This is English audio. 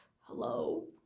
hello